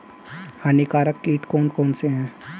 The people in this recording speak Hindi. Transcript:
हानिकारक कीट कौन कौन से हैं?